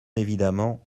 évidemment